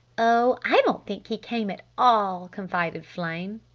oh i don't think he came at all, confided flame.